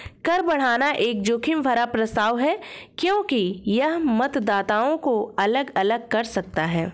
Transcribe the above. कर बढ़ाना एक जोखिम भरा प्रस्ताव है क्योंकि यह मतदाताओं को अलग अलग कर सकता है